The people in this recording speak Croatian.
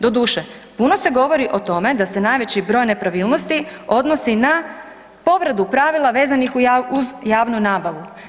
Doduše, puno se govori o tome da se najveći broj nepravilnosti odnosi na povredu pravila vezanih uz javnu nabavu.